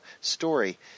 story